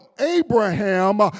Abraham